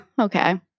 okay